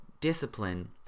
discipline